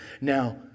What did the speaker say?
now